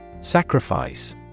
Sacrifice